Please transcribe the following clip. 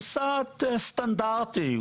הוא סעד סטנדרטי,